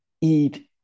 eat